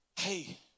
Hey